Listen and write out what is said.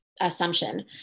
Assumption